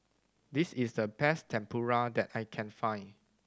this is the best Tempura that I can find